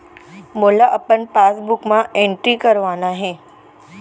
मोला अपन पासबुक म एंट्री करवाना हे?